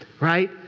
Right